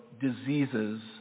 diseases